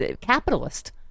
capitalist